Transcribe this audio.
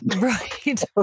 Right